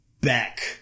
back